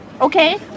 okay